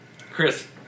chris